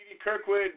kirkwood